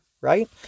right